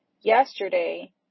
yesterday